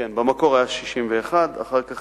במקור היה 61, אחר כך